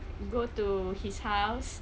go to his house